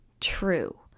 true